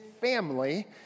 family